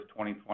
2020